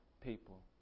people